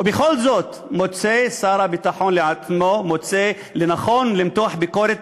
ובכל זאת מוצא שר הביטחון לנכון למתוח ביקורת